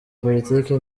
politiki